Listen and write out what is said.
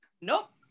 Nope